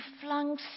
flung